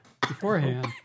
beforehand